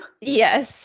Yes